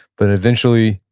but eventually,